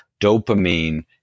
dopamine